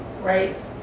right